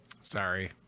Sorry